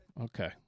Okay